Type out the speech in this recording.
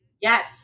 Yes